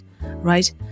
right